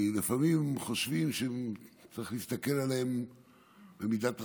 כי לפעמים חושבים שצריך להסתכל עליהם במידת רחמים,